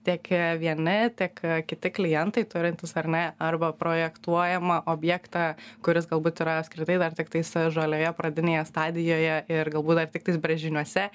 tiek vieni tiek kiti klientai turintys ar ne arba projektuojamą objektą kuris galbūt yra apskritai dar tiktais žalioje pradinėje stadijoje ir galbūt dar tik brėžiniuose